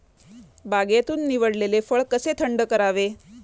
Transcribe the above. बागेतून निवडलेले फळ कसे थंड करावे?